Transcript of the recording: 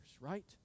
right